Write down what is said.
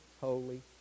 holy